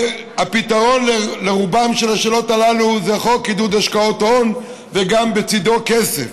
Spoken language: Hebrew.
הפתרון לרובן של השאלות הללו זה חוק עידוד השקעות הון שבצידו גם כסף.